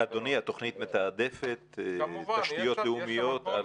אדוני, התוכנית מתעדפת תשתיות לאומיות?